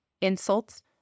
insults